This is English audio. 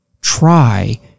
try